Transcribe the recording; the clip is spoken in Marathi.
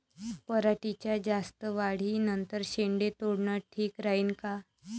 पराटीच्या जास्त वाढी नंतर शेंडे तोडनं ठीक राहीन का?